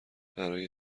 برای